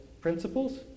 principles